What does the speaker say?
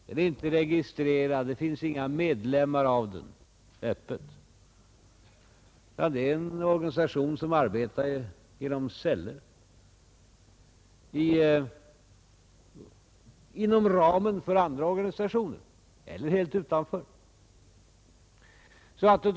Den är inte registrerad, det finns inga medlemmar av den — öppet — utan det är en organisation som arbetar genom celler, inom ramen för andra organisationer eller helt utanför.